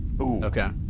Okay